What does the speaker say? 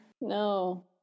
No